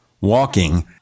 walking